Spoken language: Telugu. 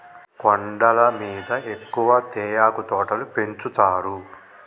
కొండల మీద ఎక్కువ తేయాకు తోటలు పెంచుతారు